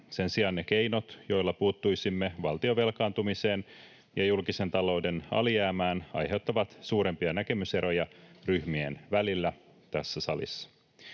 sen sijaan ne keinot, joilla puuttuisimme valtion velkaantumiseen ja julkisen talouden alijäämään aiheuttavat suurempia näkemyseroja ryhmien välillä tässä salissa.